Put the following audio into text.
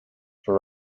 for